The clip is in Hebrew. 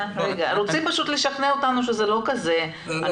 רוצים פשוט לשכנע אותנו שזה לא כזה --- אני